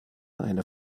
eine